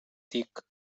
tic